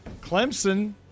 Clemson